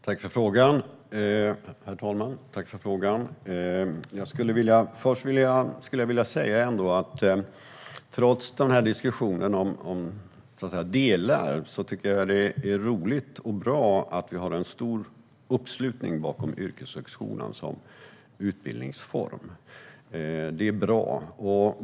Herr talman! Jag tackar för frågan. Först skulle jag vilja säga att trots diskussionen om vissa delar tycker jag att det är roligt och bra att vi har en stor uppslutning bakom yrkeshögskolan som utbildningsform.